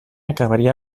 acabaria